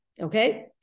okay